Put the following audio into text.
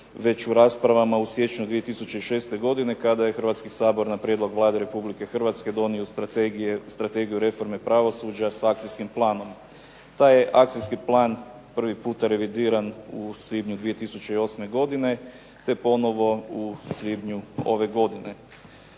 već u raspravama u siječnju 2006. godine kada je Hrvatski sabor na prijedlog Vlade Republike Hrvatske donio strategiju reforme pravosuđa s akcijskim planom. Taj je akcijski plan prvi puta revidiran u svibnju 2008. godine, te ponovo u svibnju ove godine.